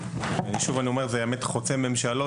הזו חוצה ממשלות.